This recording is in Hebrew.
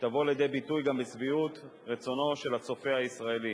שתבוא לידי ביטוי גם בשביעות רצונו של הצופה הישראלי.